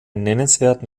nennenswerten